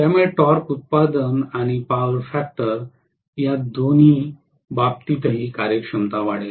त्यामुळे टॉर्क उत्पादन आणि पॉवर फॅक्टर या दोन्ही बाबतीतही कार्यक्षमता वाढेल